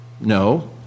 No